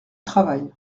travail